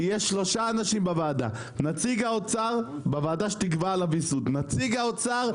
יש שלושה אנשים בוועדה שתקבע על הוויסות נציג האוצר,